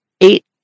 eight